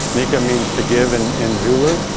nika means to give and in zulu.